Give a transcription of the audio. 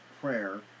prayer